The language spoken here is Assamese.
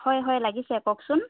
হয় হয় লাগিছে কওকচোন